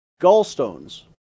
gallstones